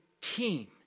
team